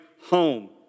home